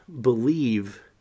believe